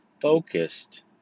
focused